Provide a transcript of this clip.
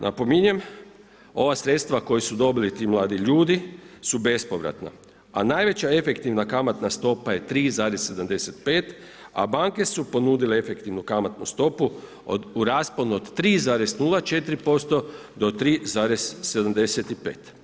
Napominjem, ova sredstva koja su dobili ti mladi ljudi su bespovratna a najveća efektivna kamatna stopa je 3,75 a banke su ponudile efektivnu kamatnu stopu u rasponu od 3,04% do 3,75.